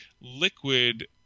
liquid